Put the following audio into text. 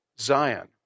Zion